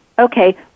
okay